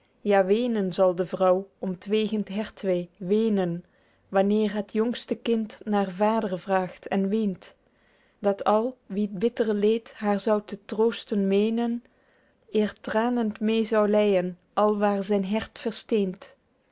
ja weenen zal de vrouw om t wegend hertwee weenen wanneer het jongste kind naer vader vraegt en weent dat al wie t bitter leed haer zou te troosten meenen eer tranend meê zou lyên al waer zyn hert versteend